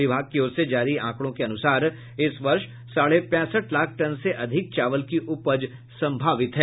विभाग की ओर से जारी आंकड़ों के अनुसार इस वर्ष साढ़े पैंसठ लाख टन से अधिक चावल की उपज सम्भावित है